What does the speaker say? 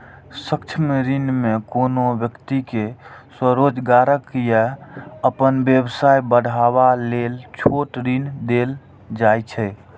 सूक्ष्म ऋण मे कोनो व्यक्ति कें स्वरोजगार या अपन व्यवसाय बढ़ाबै लेल छोट ऋण देल जाइ छै